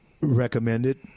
recommended